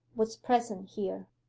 was present here.